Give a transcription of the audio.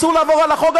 אסור לעבור על החוק,